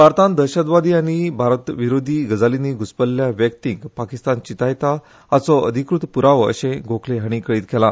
भारतात दहशतवादी आनी भारतविरोधी गजालीनी घुसपल्ल्या व्यक्तीक पाकिस्तान चिथायता हाचो हो अधिकृत पुरावो अशेय गोखले हाणी कळीत केला